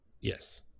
Yes